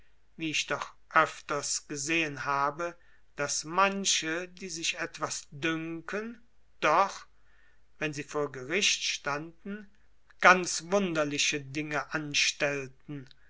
wie ich doch öfters gesehen habe daß manche die sich etwas dünken doch wenn sie vor gericht standen ganz wunderliche dinge anstellten